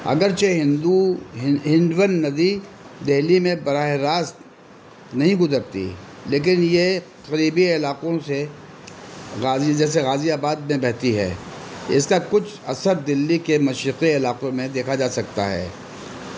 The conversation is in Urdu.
اگر چہ ہندو ہندون ندی دہلی میں براہ راست نہیں گزرتی لیکن یہ قریبی علاقوں سے غازی جیسے غازی آباد میں بہتی ہے اس کا کچھ اثر دلی کے مشرقی علاقوں میں دیکھا جا سکتا ہے